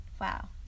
wow